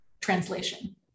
translation